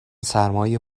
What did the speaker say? سرمای